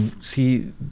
see